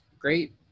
great